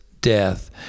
death